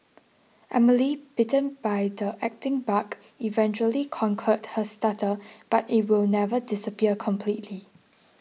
Emily bitten by the acting bug eventually conquered her stutter but it will never disappear completely